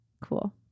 Cool